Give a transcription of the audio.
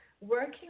Working